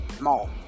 Mall